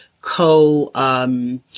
co-